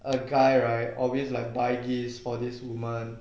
a guy right always like buy gifts for this woman